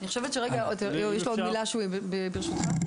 יש לו עוד מילה, ברשותך.